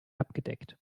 abgedeckt